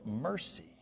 mercy